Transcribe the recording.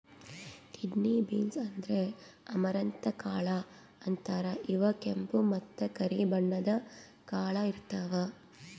kidney beans ಅಂದ್ರ amaranth ಕಾಳ್ ಅಂತಾರ್ ಇವ್ ಕೆಂಪ್ ಮತ್ತ್ ಕರಿ ಬಣ್ಣದ್ ಕಾಳ್ ಇರ್ತವ್